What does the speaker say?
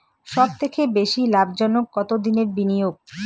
সবথেকে বেশি লাভজনক কতদিনের বিনিয়োগ?